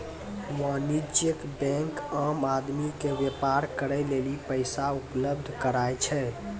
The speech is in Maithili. वाणिज्यिक बेंक आम आदमी के व्यापार करे लेली पैसा उपलब्ध कराय छै